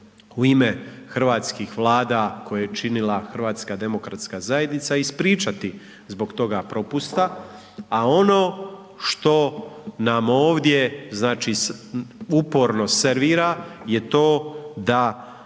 u ime hrvatskih vlada koje je činila HDZ ispričati zbog toga propusta, a ono što nam ovdje znači uporno servira je to da